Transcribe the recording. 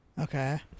Okay